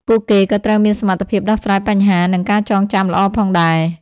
ពួកគេក៏ត្រូវមានសមត្ថភាពដោះស្រាយបញ្ហានិងការចងចាំល្អផងដែរ។